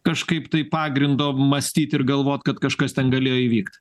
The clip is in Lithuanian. kažkaip tai pagrindo mąstyt ir galvot kad kažkas ten galėjo įvykt